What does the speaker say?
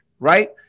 right